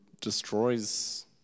destroys